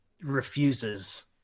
refuses